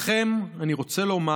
לכם אני רוצה לומר: